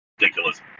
ridiculous